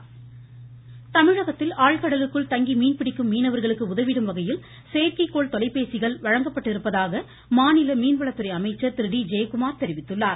ஜெயகுமார் தமிழகத்தில் ஆழ்கடலுக்குள் தங்கி மீன்பிடிக்கும் மீனவர்களுக்கு உதவிடும் வகையில் செயற்கைக் கோள் தொலைபேசிகள் வழங்கப்பட்டிருப்பதாக மாநில மீனவளத்துறை அமைச்சர் திரு டி ஜெயகுமார் தெரிவித்திருக்கிறார்